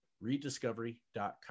rediscovery.com